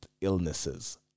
illnesses